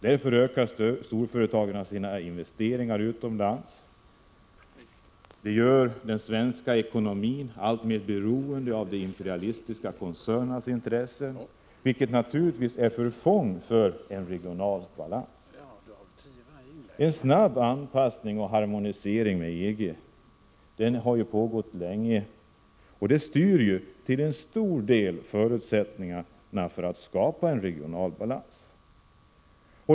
Därför ökar storföretagen sina investeringar utomlands. Det gör den svenska ekonomin alltmer beroende av de imperialistiska koncernernas intressen, vilket naturligtvis är till förfång för en regional balans. Den snabba anpassningen till och harmoniseringen med EG:s bestämmelser har pågått länge. Detta styr till stor del förutsättningarna för att skapa en regional balans.